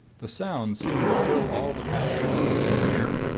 the sound seemed to fill all the passage as we drew near,